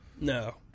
No